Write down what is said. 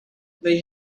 they